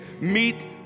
Meet